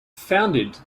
founded